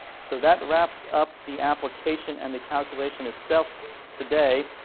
so, that wraps up the application and the calculation itself today.